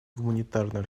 гуманитарной